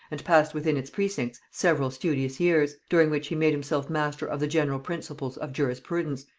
and passed within its precincts several studious years, during which he made himself master of the general principles of jurisprudence,